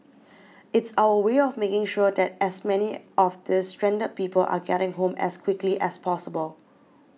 it's our way of making sure that as many of these stranded people are getting home as quickly as possible